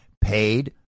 paid